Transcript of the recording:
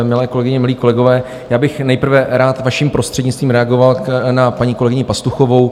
Milé kolegyně, milí kolegové, já bych nejprve rád vaším prostřednictvím reagoval na paní kolegyni Pastuchovou.